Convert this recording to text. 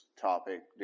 topic